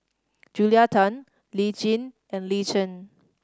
Julia Tan Lee Tjin and Lee Chen